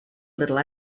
little